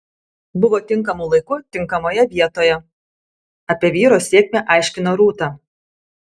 buvo tinkamu laiku tinkamoje vietoje apie vyro sėkmę aiškina rūta